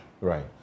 Right